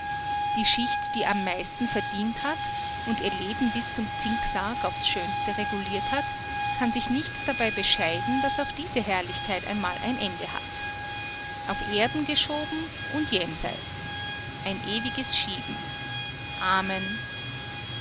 die schicht die am meisten verdient hat und ihr leben bis zum zinksarg aufs schönste reguliert hat kann sich nicht dabei bescheiden daß auch diese herrlichkeit einmal ein ende hat auf erden geschoben und jenseits ein ewiges schieben amen